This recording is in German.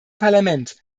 parlament